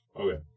Okay